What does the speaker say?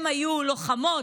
הן היו לוחמות.